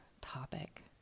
topic